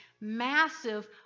massive